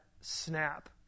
snap